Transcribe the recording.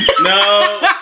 No